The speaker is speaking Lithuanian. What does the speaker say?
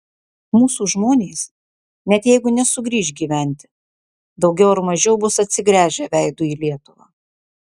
mūsų žmonės net jeigu nesugrįš gyventi daugiau ar mažiau bus atsigręžę veidu į lietuvą